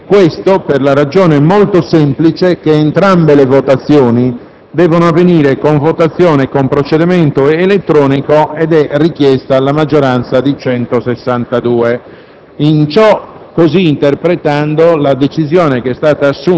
Caruso, si svolgano nella seduta di domani. Questo per la ragione molto semplice che entrambe le votazioni devono avvenire con procedimento elettronico ed è richiesta la maggioranza di 162